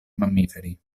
mammiferi